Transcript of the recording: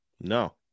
No